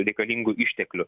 reikalingų išteklių